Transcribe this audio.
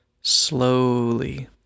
slowly